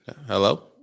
Hello